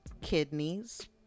kidneys